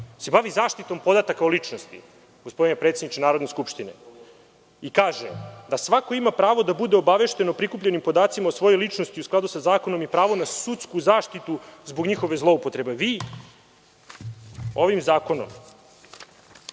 se bavi zaštitom podataka o ličnosti gospodine predsedniče i kaže da svako ima pravo da bude obavešten o prikupljenim podacima o svojoj ličnosti u skladu sa zakonom i pravo na sudsku zaštitu zbog njihove zloupotrebe. Vi ovim zakonom